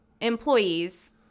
employees